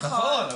נכון.